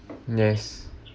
yes